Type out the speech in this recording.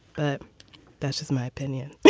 but that's just my opinion